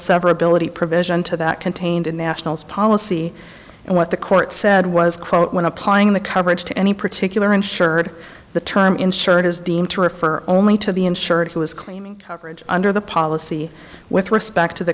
severability provision to that contained in national's policy and what the court said was quote when applying the coverage to any particular insured the term insured is deemed to refer only to the insured who is claiming coverage under the policy with respect to the